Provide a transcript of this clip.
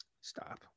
Stop